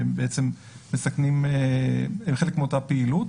שהם חלק מאותה פעילות.